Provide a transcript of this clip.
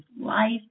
life